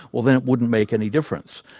well then it wouldn't make any difference.